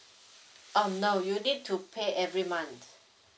um no you need to pay every month